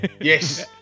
Yes